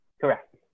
Correct